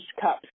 cup